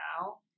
now